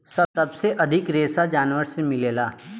सबसे अधिक रेशा जानवर से मिलेला